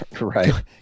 right